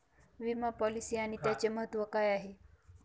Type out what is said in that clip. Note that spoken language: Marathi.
विमा पॉलिसी आणि त्याचे महत्व काय आहे?